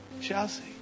Chelsea